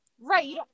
right